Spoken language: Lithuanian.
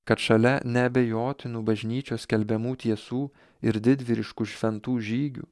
kad šalia neabejotinų bažnyčios skelbiamų tiesų ir didvyriškų šventų žygių